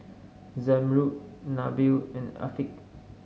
Zamrud Nabil and Afiq